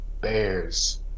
Bears